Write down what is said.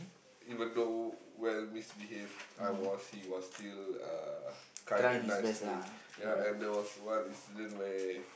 even though well misbehaved I was he was still uh kind and nice to me ya and there was one incident where